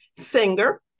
singer